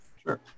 Sure